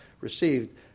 received